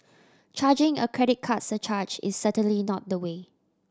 charging a credit card surcharge is certainly not the way